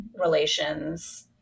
relations